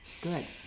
Good